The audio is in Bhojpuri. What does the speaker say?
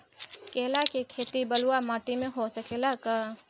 केला के खेती बलुआ माटी पर हो सकेला का?